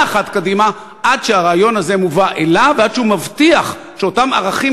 אחת קדימה עד שהרעיון הזה מובא אליו ועד שהוא מבטיח שאותם ערכים,